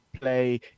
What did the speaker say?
play